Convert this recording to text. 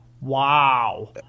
Wow